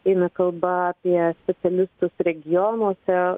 eina kalba apie specialistus regionuose